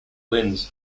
linz